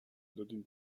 دادین